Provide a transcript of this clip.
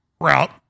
route